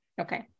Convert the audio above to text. Okay